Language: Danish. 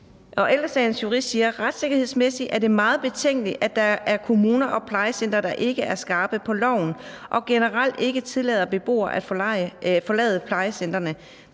Ældre Sagens jurist siger: Retssikkerhedsmæssigt er det meget betænkeligt, at der er kommuner og plejecentre, der ikke er skarpe på loven og generelt ikke tillader beboere at forlade plejecentrene.